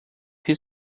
his